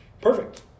Perfect